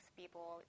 people